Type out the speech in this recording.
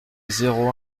zéro